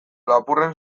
lapurren